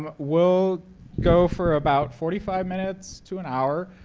ah we'll go for about forty five minutes to an hour,